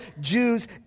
Jews